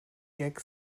gag